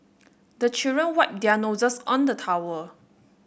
the children wipe their noses on the towel